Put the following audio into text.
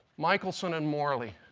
michelson and morley.